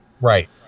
right